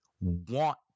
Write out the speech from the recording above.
want